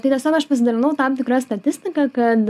tai tiesiog aš pasidalinau tam tikra statistika kad